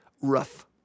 rough